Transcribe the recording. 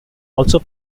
also